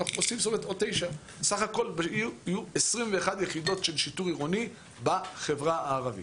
סך הכול יהיו 21 יחידות של שיטור עירוני בחברה הערבית.